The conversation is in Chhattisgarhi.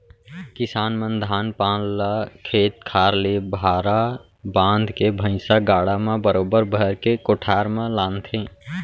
किसान मन धान पान ल खेत खार ले भारा बांध के भैंइसा गाड़ा म बरोबर भर के कोठार म लानथें